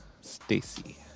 Stacy